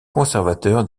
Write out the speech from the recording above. conservateur